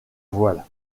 voile